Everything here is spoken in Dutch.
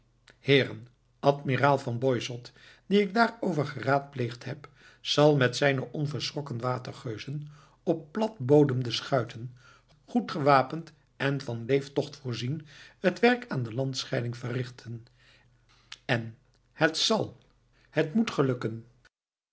heeren admiraal van boisot dien ik daarover geraadpleegd heb zal met zijne onverschrokken watergeuzen op platboomde schuiten goed gewapend en van leeftocht voorzien het werk aan de landscheiding verrichten en het zal het moet gelukken